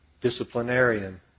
disciplinarian